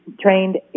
trained